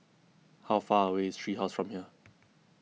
how far away is Tree House from here